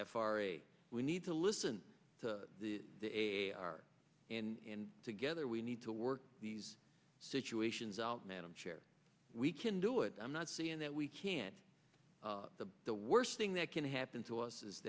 f r a we need to listen to the they are in together we need to work these situations out man i'm sure we can do it i'm not saying that we can't the the worst thing that can happen to us is